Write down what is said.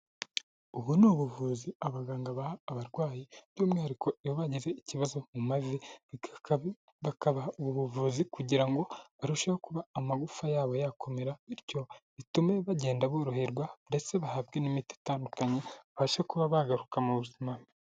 Ubu ni ubuvuzi abaganga baha abarwayi by'umwihariko iyogize ikibazo mu mavi, bakaba ubu buvuzi kugira ngo barusheho kuba amagufa yabo yakomera, bityo bitume bagenda boroherwa ndetse bahabwe n'imiti itandukanye, babashe kuba bagaruka mu buzima.